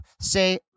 say